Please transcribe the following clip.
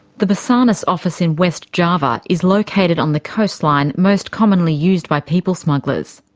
the basarnas office in west java is located on the coastline most commonly used by people smugglers.